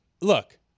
Look